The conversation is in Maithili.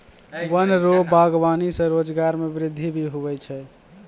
वन रो वागबानी से रोजगार मे वृद्धि भी हुवै छै